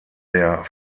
der